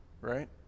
right